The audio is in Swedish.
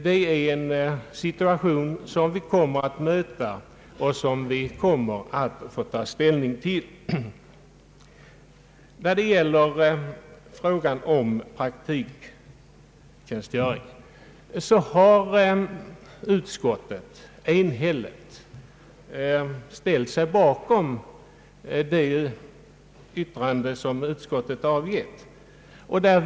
Det är en situation som vi kommer att få ta ställning till. I fråga om praktiktjänstgöring har utskottet enhälligt ställt sig bakom det yttrande som utskottet avgivit.